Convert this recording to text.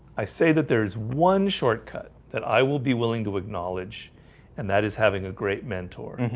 i say that there's one shortcut that i will be willing to acknowledge and that is having a great mentor.